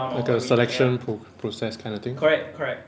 like a selection pro~ process kind of thing